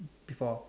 before